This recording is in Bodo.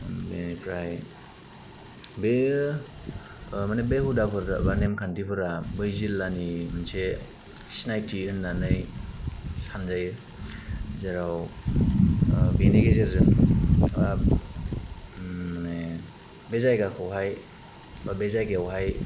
बेनिफ्राय बेयो माने बे हुदाफोर बा नेमखान्थिफोरा बै जिल्लानि मोनसे सिनायथि होननानै सानजायो जेराव बेनि गेजेरजों माने बे जायगा खौहाय बा बे जायगायावहाय